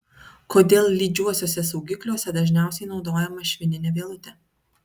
kodėl lydžiuosiuose saugikliuose dažniausiai naudojama švininė vielutė